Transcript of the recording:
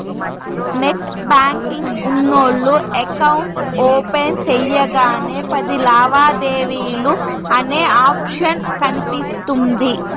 net banking ఉన్నోల్లు account open సెయ్యగానే పది లావాదేవీలు అనే ఆప్షన్ కనిపిస్తుంది